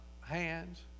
hands